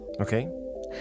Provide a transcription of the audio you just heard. Okay